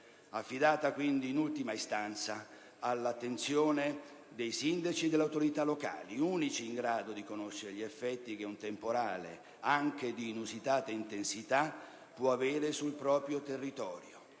affidata quindi in ultima istanza all'attenzione dei sindaci e delle autorità locali, gli unici in grado di conoscere gli effetti che un temporale, anche di inusitata intensità, può avere sul proprio territorio,